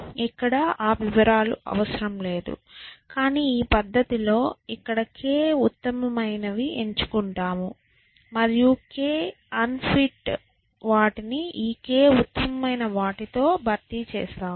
ఇక్కడ ఆ వివరాలు అవసరం లేదు కాని ఈ పద్ధతి లో ఇక్కడ k ఉత్తమమైనవి ఎంచుకుంటాము మరియు k అన్ఫిట్ వాటిని ఈ k ఉత్తమైన వాటితో భర్తీ చేయాలి